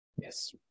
Yes